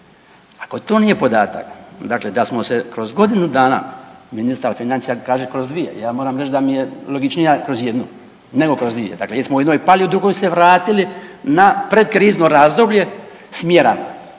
Ako to nije podatak dakle da smo se kroz godinu dana ministar financija kaže kroz dvije, ja moram reći da mi je logičnija kroz jednu nego kroz dvije, dakle jer smo u jednoj pali, u drugoj se vratili na predkrizno razdoblje s mjerama